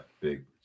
big